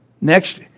Next